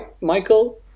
Michael